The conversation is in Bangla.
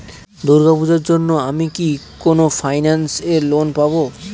দূর্গা পূজোর জন্য আমি কি কোন ফাইন্যান্স এ লোন পাবো?